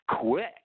quick